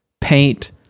paint